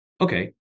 okay